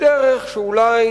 בדרך שאולי